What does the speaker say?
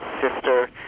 sister